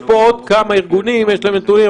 יש פה עוד כמה ארגונים שיש להם נתונים.